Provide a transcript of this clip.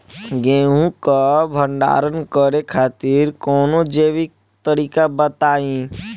गेहूँ क भंडारण करे खातिर कवनो जैविक तरीका बताईं?